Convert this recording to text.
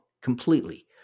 completely